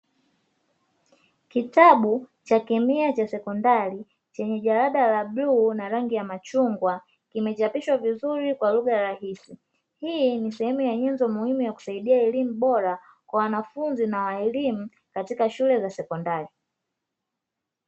Kitabu cha kemia cha sekondari chenye jarada la bluu na rangi ya machungwa, kimechapishwa vizuri kwa lugha rahisi. Hii ni sehemu ya nyenzo muhimu ya kusaidia elimu bora kwa wanafunzi na waalimu katika shule za sekondari.